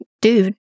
dude